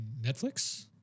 Netflix